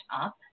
up